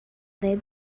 they